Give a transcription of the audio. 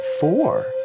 four